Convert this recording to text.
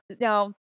Now